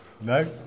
no